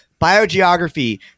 biogeography